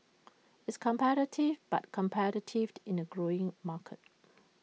it's competitive but competitive in A growing market